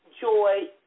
joy